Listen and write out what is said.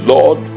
Lord